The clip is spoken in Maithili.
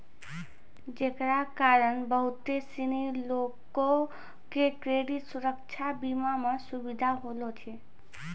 जेकरा कारण बहुते सिनी लोको के क्रेडिट सुरक्षा बीमा मे सुविधा होलो छै